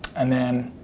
and then